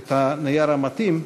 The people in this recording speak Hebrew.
את הנייר המתאים,